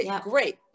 Great